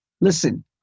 Listen